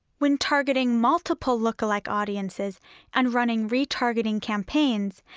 when targeting multiple lookalike audiences and running retargeting campaigns,